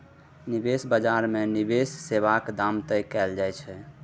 निबेश बजार मे निबेश सेबाक दाम तय कएल जाइ छै